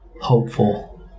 hopeful